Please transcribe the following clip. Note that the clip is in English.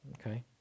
Okay